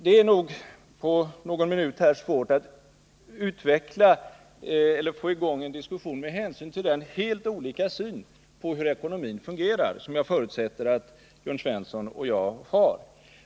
Det är nog svårt att här på någon minut utveckla det och få i gång en diskussion med hänsyn till att jag förutsätter att Jörn Svensson och jag har helt olika syn på hur ekonomin fungerar.